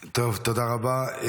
טוב, תודה רבה.